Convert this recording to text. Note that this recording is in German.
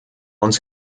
uns